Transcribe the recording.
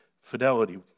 fidelity